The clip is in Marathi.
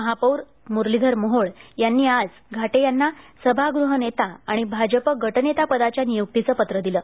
महापौर मुरलीधर मोहोळ यांनी आज घाटे यांना सभागृहनेता आणि भाजप गटनेता पदाच्या नियुक्तीचे पत्र दिलं